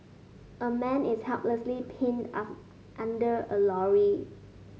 a man is helplessly pinned under a lorry